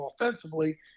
offensively